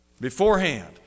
beforehand